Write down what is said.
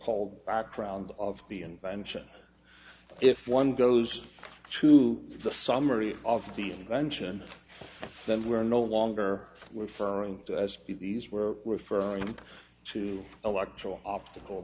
called background of the invention if one goes to the summary of the invention then we're no longer firm as these were referring to electoral optical